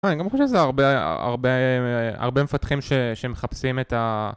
אני גם חושב שזה הרבה מפתחים שמחפשים את ה...